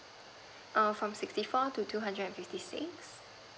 err from sixty four to two hundred fifty six